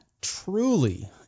truly